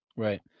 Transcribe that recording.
Right